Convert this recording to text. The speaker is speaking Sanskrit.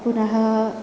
पुनः